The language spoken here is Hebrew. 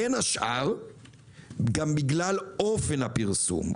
בין השאר גם בגלל אופן הפרסום.